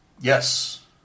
Yes